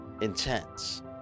intense